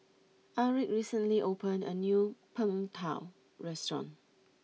Aric recently opened a new Png tao restaurant